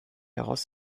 heraus